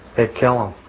they'd kill him.